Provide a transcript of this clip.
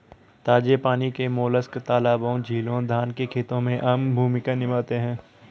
ताजे पानी के मोलस्क तालाबों, झीलों, धान के खेतों में आम भूमिका निभाते हैं